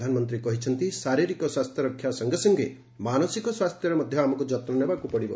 ପ୍ରଧାନମନ୍ତ୍ରୀ କହିଛନ୍ତି ଶାରିରୀକ ସ୍ୱାସ୍ଥ୍ୟରକ୍ଷା ସଙ୍ଗେ ସଙ୍ଗେ ମାନସିକ ସ୍ୱାସ୍ଥ୍ୟର ମଧ୍ୟ ଆମକୁ ଯନ୍ ନେବାକୁ ପଡ଼ିବ